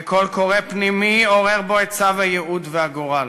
וקול קורא פנימי עורר בו את צו הייעוד והגורל.